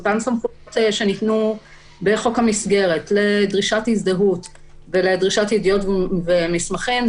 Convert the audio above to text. אותן סמכויות שניתנו בחוק המסגרת לדרישת הזדהות ולדרישת ידיעות ומסמכים,